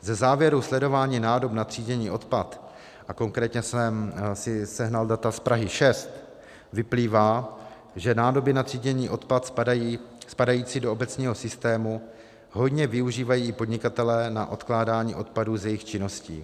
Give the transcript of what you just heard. Ze závěrů sledování nádob na tříděný odpad, konkrétně jsem si sehnal data z Prahy 6, vyplývá, že nádoby na tříděný odpad spadající do obecního systému hojně využívají i podnikatelé na odkládání odpadů z jejich činností.